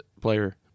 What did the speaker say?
player